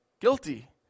guilty